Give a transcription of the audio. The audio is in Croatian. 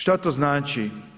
Što to znači?